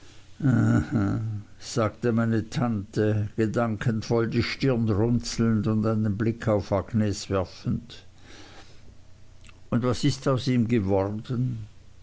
sagte meine tante gedankenvoll die stirn runzelnd und einen blick auf agnes werfend und was ist aus ihm geworden